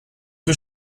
was